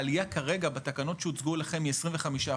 העלייה כרגע בתקנות שהוצגו לכם היא 25%,